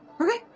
okay